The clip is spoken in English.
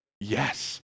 Yes